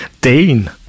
Dean